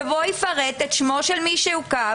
שבו יפרט את שמו של מי שעוכב,